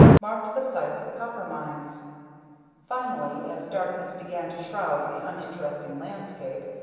marked the sites of copper-mines. finally, as darkness began to shroud the uninteresting landscape,